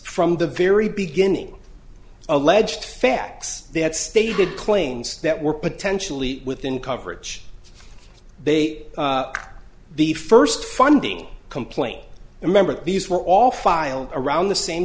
from the very beginning alleged facts they had stated claims that were potentially within coverage they are the first funding complaint remember these were all file around the same